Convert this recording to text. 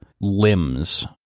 limbs